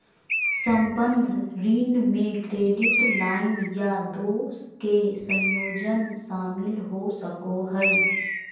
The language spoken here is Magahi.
संबंद्ध ऋण में क्रेडिट लाइन या दो के संयोजन शामिल हो सको हइ